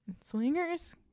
Swingers